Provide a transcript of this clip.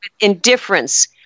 indifference